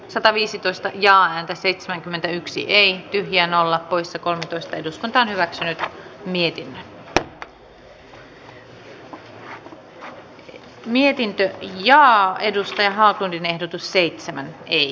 sataviisitoista ja häntä seitsemänkymmentäyksi ei tehtiin seuraavat pääluokkaa koskevat hyväksytyn menettelytavan mukaisesti keskuskansliaan kirjallisina jätetyt edustajille monistettuina ja numeroituina jaetut ehdotukset